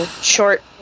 short